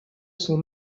son